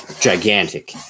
gigantic